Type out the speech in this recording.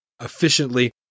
efficiently